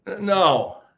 no